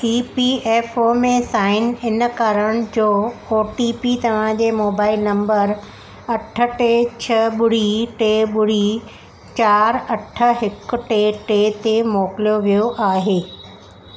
ई P F O में sign in करण जो ओ टी पी तव्हांजे मोबाइल नंबर अठ टे छह ॿुड़ी टे ॿुड़ी चारि अठ हिकु टे टे ते मोकिलियो वियो आहे